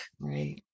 Right